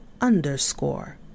underscore